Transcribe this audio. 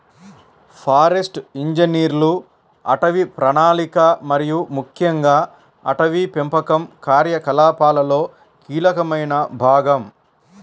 forest ఇంజనీర్లు అటవీ ప్రణాళిక మరియు ముఖ్యంగా అటవీ పెంపకం కార్యకలాపాలలో కీలకమైన భాగం